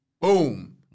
Boom